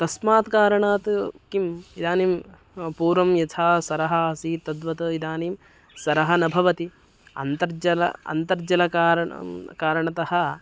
तस्मात् कारणात् किम् इदानीं पूर्वं यथा सरः आसीत् तद्वत् इदानीं सरः न भवति अन्तर्जलम् अन्तर्जलकारणं कारणतः